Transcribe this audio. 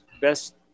best